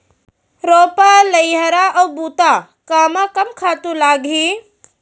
रोपा, लइहरा अऊ बुता कामा कम खातू लागही?